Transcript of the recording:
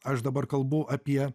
aš dabar kalbu apie